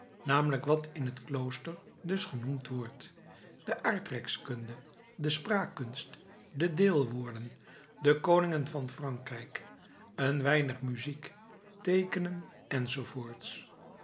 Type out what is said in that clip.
namelijk wat in t klooster dus genoemd wordt de aardrijkskunde de spraakkunst de deelwoorden de koningen van frankrijk een weinig muziek teekenen